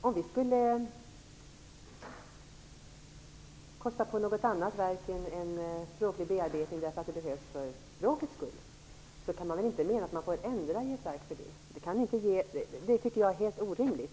Om vi skulle kosta på en språklig bearbetning av ett annat verk därför att det behövs för språkets skull, kan vi väl inte ändra i det. Det tycker jag är helt orimligt.